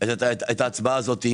את ההצבעה הזו.